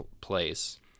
place